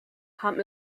haben